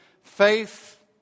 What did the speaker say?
faith